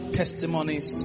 testimonies